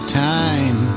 time